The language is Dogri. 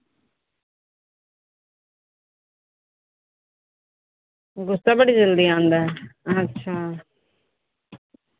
गुस्सा आंदा ऐ अच्छा